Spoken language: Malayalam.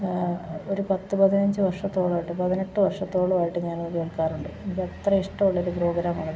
ആ ഒരു പത്ത് പതിനഞ്ച് വർഷത്തോളമായിട്ട് പതിനെട്ട് വർഷത്തോളമായിട്ട് ഞാനത് കേൾക്കാറുണ്ട് എനിക്കത്ര ഇഷ്ടം ഉള്ളൊരു പ്രോഗ്രാമാണത്